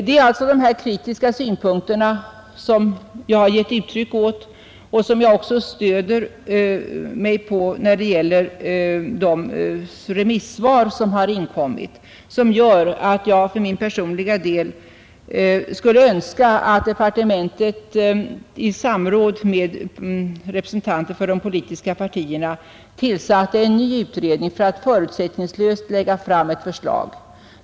Det är alltså de här kritiska synpunkterna som jag givit uttryck åt — vilka gör att jag för min personliga del skulle önska att departementet i samråd med representanter för de politiska partierna tillsatte en ny utredning med uppgift att förutsättningslöst utarbeta ett förslag.